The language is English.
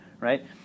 right